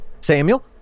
Samuel